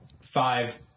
five